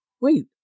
Wait